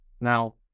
now